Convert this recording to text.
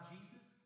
Jesus